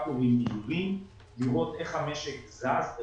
לראות איך המשק זז.